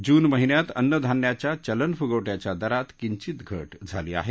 जून महिन्यात अन्न धान्याच्या चलन फुगवट्याच्या दरात किंचित घट झाली आहे